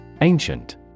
Ancient